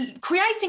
creating